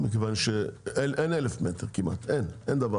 מכיוון שאין 1,000 מטר כמעט אין אין דבר כזה.